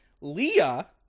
Leah